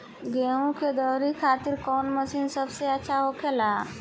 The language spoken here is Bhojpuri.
गेहु के दऊनी खातिर कौन मशीन सबसे अच्छा होखेला?